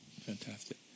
Fantastic